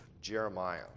Jeremiah